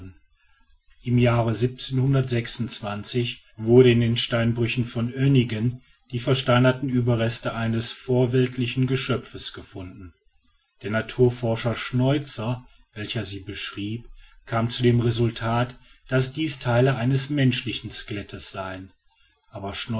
im jahre wurde in den steinbrüchen von önigen die versteinerten überreste eines vorweltlichen geschöpfes gefunden der naturforscher schneuzer welcher sie beschrieb kam zu dem resultat daß dies teile eines menschlichen skeletts seien aber